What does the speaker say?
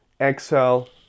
exhale